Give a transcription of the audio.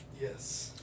Yes